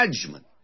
judgment